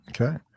okay